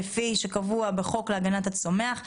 כפי שקבוע בחוק להגנת הצומח,